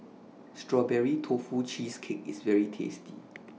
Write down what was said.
Strawberry Tofu Cheesecake IS very tasty